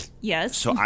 yes